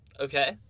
Okay